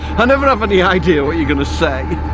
i never have any idea what you're gonna say.